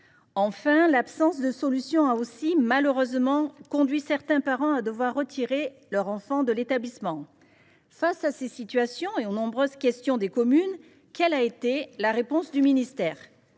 Enfin, l’absence de solution a aussi malheureusement conduit certains parents à retirer leur enfant de l’établissement. Face à ces situations et aux nombreuses questions des communes, quelle a été la réponse du ministère ?